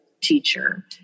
teacher